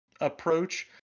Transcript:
approach